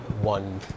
one